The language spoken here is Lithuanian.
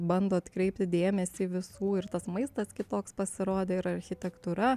bando atkreipti dėmesį visų ir tas maistas kitoks pasirodė ir architektūra